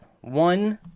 one